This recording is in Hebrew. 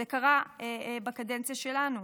זה קרה בקדנציה שלנו.